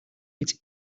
its